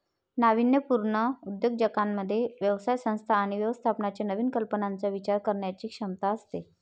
नाविन्यपूर्ण उद्योजकांमध्ये व्यवसाय संस्था आणि व्यवस्थापनाच्या नवीन कल्पनांचा विचार करण्याची क्षमता असते